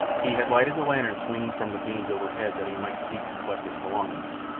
he had lighted the lantern swinging from the beams overhead that he might see to collect his belongings,